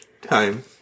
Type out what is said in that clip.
time